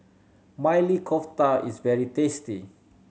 Maili Kofta is very tasty